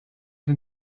den